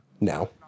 No